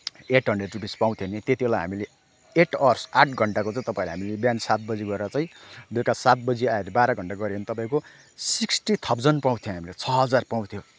at hundred rupees पाउँथ्यो भने त्यत्तिबेला हामीले एट आवर्स आठ घन्टाको चाहिँ तपाईँलाई हामीले बिहानको सात बजी गएर चाहिँ बेलुका सात बजी आएर बाह्र घन्टा गऱ्यो भने चाहिँ तपाईँको सिक्स्टी थाउजन्ड पाउँथ्यौँ हामीले छ हजार पाउँथ्यौँ